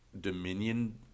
Dominion